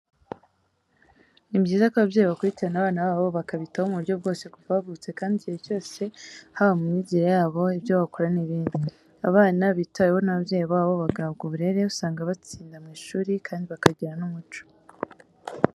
Ni byiza ko ababyeyi bakurikirana abana babo bakabitaho mu buryo bwose kuva bavutse kandi igihe cyose haba mu myigire yabo, ibyo bakora n'ibindi. Abana bitaweho n'ababyeyi babo bagahabwa uburere usanga batsinda mu ishuri kandi bakagira n'umuco.